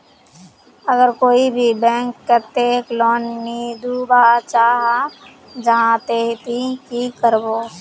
अगर कोई भी बैंक कतेक लोन नी दूध बा चाँ जाहा ते ती की करबो?